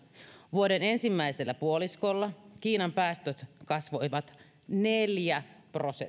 vuoden ensimmäisellä puoliskolla kiinan päästöt kasvoivat neljä prosenttia